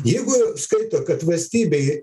jeigu skaito kad valstybei